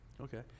Okay